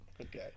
Okay